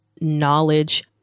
knowledge